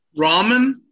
ramen